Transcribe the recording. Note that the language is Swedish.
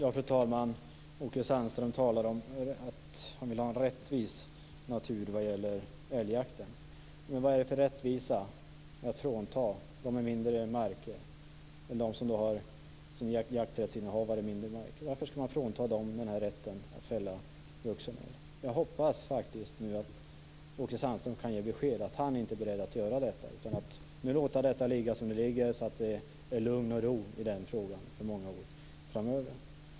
Fru talman! Åke Sandström talar om rättvisa när det gäller älgjakten. Men vad det för rättvisa att frånta jakträttsinnehavare med mindre marker rätten att fälla en vuxen älg? Jag hoppas att Åke Sandström kan ge besked om att han inte är beredd att medverka till detta utan att låta det hela ligga som det ligger så att det blir lugn och ro i den frågan för många år framöver.